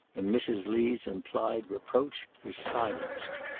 and mrs. lee's implied reproach was silenced.